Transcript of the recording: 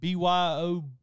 BYO